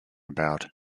about